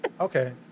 Okay